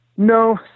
No